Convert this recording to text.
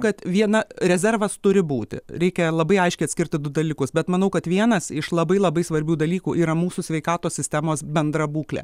kad viena rezervas turi būti reikia labai aiškiai atskirti du dalykus bet manau kad vienas iš labai labai svarbių dalykų yra mūsų sveikatos sistemos bendra būklė